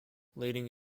leading